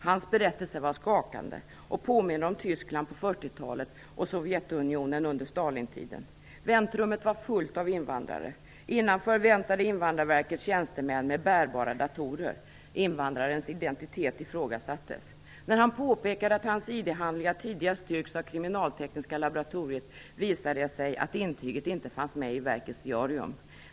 Hans berättelse var skakande och påminner om Tyskland på 40-talet och Sovjetunionen under Stalintiden. Väntrummet var fullt av invandrare. Innanför väntade Invandrarverkets tjänstemän med bärbara datorer. Invandrarens identitet ifrågasattes. När han påpekade att hans ID-handlingar tidigare styrkts av Kriminaltekniska laboratoriet visade det sig att intyget inte fanns med i verkets diarium.